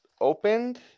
opened